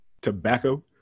tobacco